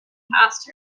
passed